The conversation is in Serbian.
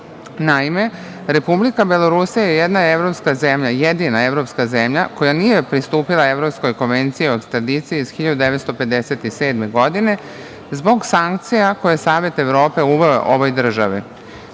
Republika Belorusija je jedina evropska zemlja koja nije pristupila Evropskoj konvenciji o ekstradiciji iz 1957. godine zbog sankcija koje je Savet Evrope uveo ovoj